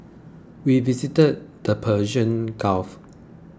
we visited the Persian Gulf